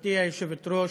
גברתי היושבת-ראש,